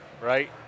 right